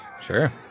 Sure